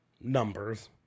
numbers